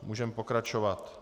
Můžeme pokračovat.